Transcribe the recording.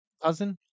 Cousin